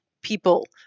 people